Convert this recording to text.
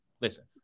Listen